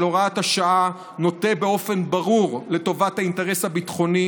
הוראת השעה נוטה באופן ברור לטובת האינטרס הביטחוני,